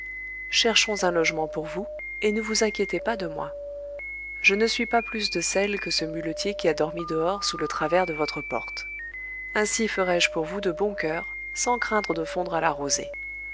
cherchons un logement pour vous et ne vous inquiétez pas de moi je ne suis pas plus de sel que ce muletier qui a dormi dehors sous le travers de votre porte ainsi ferai-je pour vous de bon coeur sans craindre de fondre à la rosée